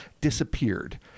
disappeared